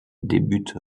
débute